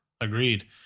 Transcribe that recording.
agreed